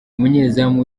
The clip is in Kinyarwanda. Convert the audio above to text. umunyezamu